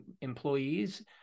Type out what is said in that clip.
employees